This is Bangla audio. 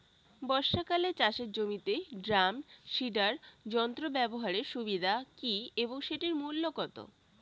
বর্ষাকালে চাষের জমিতে ড্রাম সিডার যন্ত্র ব্যবহারের সুবিধা কী এবং সেটির মূল্য কত?